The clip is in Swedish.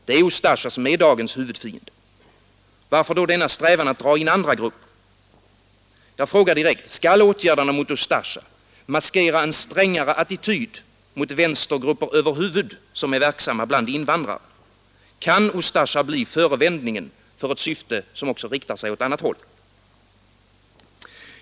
Det är Ustasja som är dagens huvudfiende. Varför då denna strävan att dra in andra grupper? Jag frågar direkt: Skall åtgärderna mot Ustasja maskera en strängare attityd mot vänstergrupper över huvud som är verksamma bland invandrare? Kan Ustasja bli förevändningen för ett syfte som riktar sig åt annat håll?